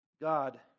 God